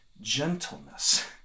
gentleness